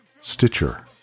Stitcher